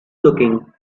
looking